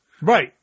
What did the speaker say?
Right